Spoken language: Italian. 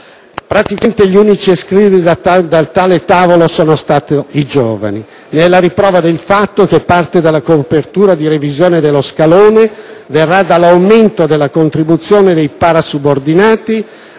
Praticamente, gli unici esclusi da tale tavolo sono stati proprio i giovani: ne è la riprova il fatto che parte della copertura della revisione dello scalone verrà dall'aumento della contribuzione dei parasubordinati